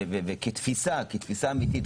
כתפיסה אמיתית,